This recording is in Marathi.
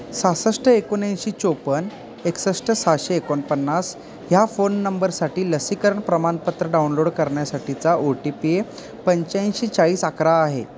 सहासष्ट एकोणऐंशी चोपन्न एकसष्ट सहाशे एकोणपन्नास ह्या फोन नंबरसाठी लसीकरण प्रमाणपत्र डाउनलोड करण्यासाठीचा ओ टी पी पंच्याऐंशी चाळीस अकरा आहे